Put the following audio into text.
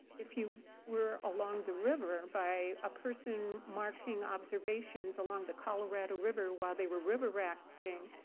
if you were along the river, by a person marking observations along the colorado river, while they were river rafting,